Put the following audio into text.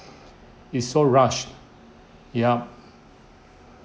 it's so rush yup